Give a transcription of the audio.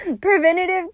Preventative